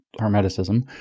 Hermeticism